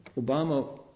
Obama